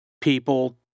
people